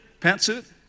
pantsuit